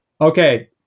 okay